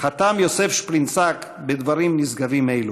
חתם יוסף שפרינצק בדברים נשגבים אלו: